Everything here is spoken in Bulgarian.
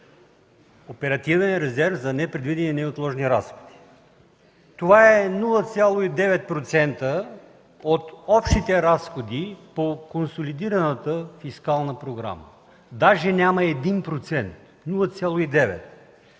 Оперативен резерв за непредвидени и неотложни разходи – това е 0,9% от общите разходи по консолидираната фискална програма, даже няма 1% –0,9%,